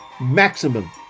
Maximum